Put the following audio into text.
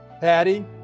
Patty